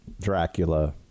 Dracula